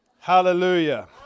Hallelujah